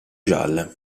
gialle